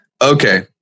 okay